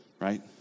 right